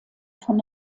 von